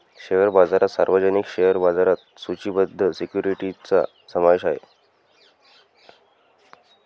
share बाजारात सार्वजनिक share बाजारात सूचीबद्ध सिक्युरिटीजचा समावेश आहे